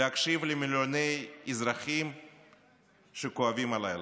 להקשיב למיליוני אזרחים שכואבים הלילה.